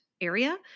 area